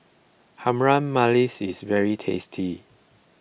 Harum Manis is very tasty